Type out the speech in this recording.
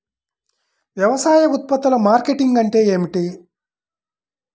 వ్యవసాయ ఉత్పత్తుల మార్కెటింగ్ అంటే ఏమిటి?